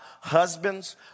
husbands